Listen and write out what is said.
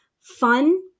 fun